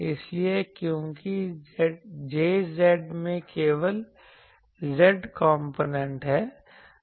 इसलिए क्योंकि JZ में केवल z कॉम्पोनेंट है